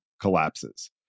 collapses